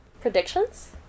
predictions